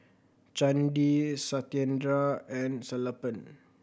Chandi Satyendra and Sellapan